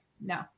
No